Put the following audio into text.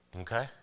Okay